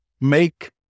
make